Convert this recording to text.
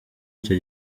icyo